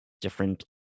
different